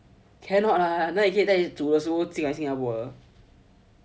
cannot lah 哪里可以带煮的食物进来新加坡